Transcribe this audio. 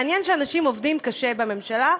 מעניין שאנשים עובדים קשה בממשלה,